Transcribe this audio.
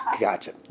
Gotcha